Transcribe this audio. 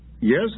Yes